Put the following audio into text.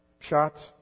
Shots